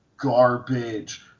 garbage